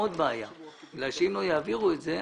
עוד בעיה כי אם לא יעבירו את הסכום הזה,